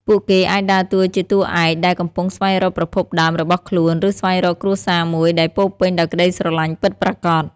ពួកគេអាចដើរតួជាតួឯកដែលកំពុងស្វែងរកប្រភពដើមរបស់ខ្លួន ឬស្វែងរកគ្រួសារមួយដែលពោរពេញដោយក្ដីស្រឡាញ់ពិតប្រាកដ។